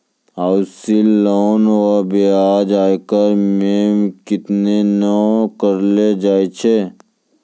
housing loan रो ब्याज आयकर मे गिनती नै करलो जाय छै